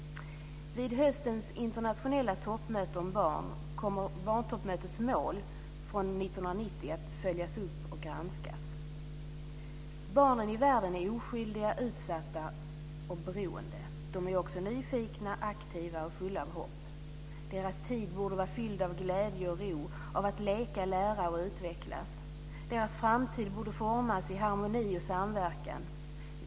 Vid höstens internationella toppmöte om barn kommer barntoppmötets mål från 1990 att följas upp och granskas: "Barnen i världen är oskyldiga, utsatta och beroende. De är också nyfikna, aktiva och fulla av hopp. Deras tid borde vara fylld av glädje och ro; av att leka, lära och utvecklas. Deras framtid borde formas i harmoni och samverkan.